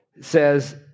says